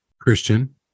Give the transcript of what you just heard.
christian